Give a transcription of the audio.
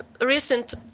recent